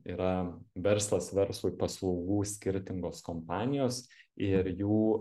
yra verslas verslui paslaugų skirtingos kompanijos ir jų